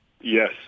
Yes